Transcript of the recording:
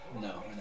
No